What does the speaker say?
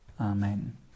Amen